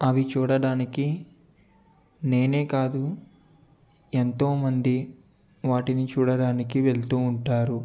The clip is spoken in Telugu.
అవి చూడడానికి నేనే కాదు ఎంతోమంది వాటిని చూడడానికి వెళ్తూ ఉంటారు